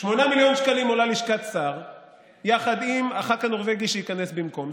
8 מיליון שקלים עולה לשכת שר יחד עם חבר הכנסת הנורבגי שייכנס במקומו.